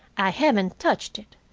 i haven't touched it,